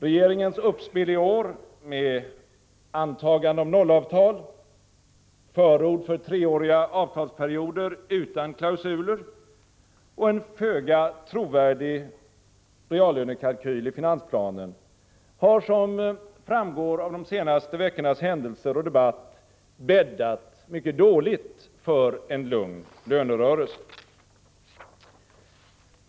Regeringens uppspel i år med antagande om nollavtal, förord för treåriga avtalsperioder utan klausuler och en föga trovärdig reallönekalkyl i finansplanen har som framgått av de senaste veckornas händelser och debatt bäddat mycket dåligt för en lugn lönerörelse.